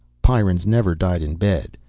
pyrrans never died in bed.